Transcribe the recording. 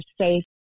safe